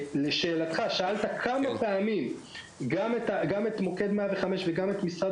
שאלת כמה פעמים גם את מוקד 105 וגם את משרד